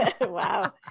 Wow